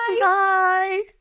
bye